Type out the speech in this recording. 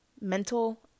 mental